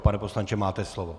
Pane poslanče, máte slovo.